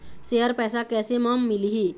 Share पैसा कैसे म मिलही?